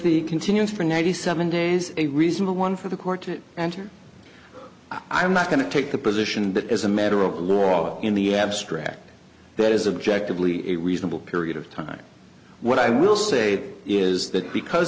the continuance for ninety seven days a reasonable one for the court to enter i am not going to take the position that as a matter of law in the abstract that is objective lee a reasonable period of time what i will say is that because